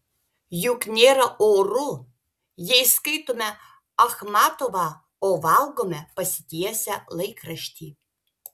juk nėra oru jei skaitome achmatovą o valgome pasitiesę laikraštį